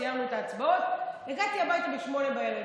סיימנו את ההצבעות, הגעתי הביתה ב-20:00.